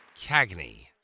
Cagney